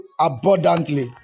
abundantly